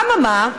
אממה?